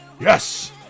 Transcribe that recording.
Yes